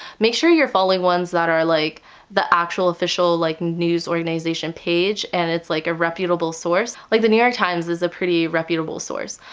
make sure you're following ones that are like the actual official like news organization page and it's like a reputable source. like the new york times is a pretty reputable source.